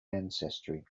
ancestry